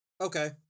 Okay